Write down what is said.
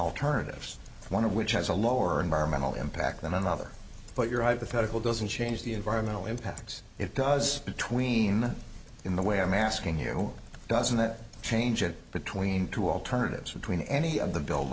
alternatives one of which has a lower environmental impact than another but your hypothetical doesn't change the environmental impacts it does between in the way i'm asking you doesn't it change it between two alternatives between any of the bill